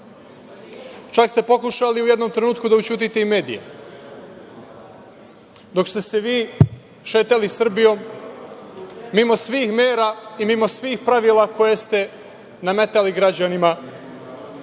Čak ste pokušali u jednom trenutku da ućutite i medije, dok ste se vi šetali Srbijom mimo svih mera i mimo svih pravila koje ste nametali građanima